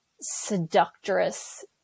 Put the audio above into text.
seductress